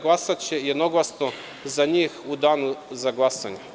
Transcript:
Glasaće jednoglasno za njih u Danu za glasanje.